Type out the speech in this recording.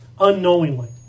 unknowingly